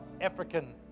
African